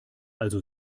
also